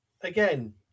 again